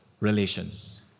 relations